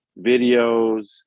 videos